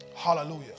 hallelujah